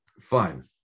fine